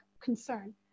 concern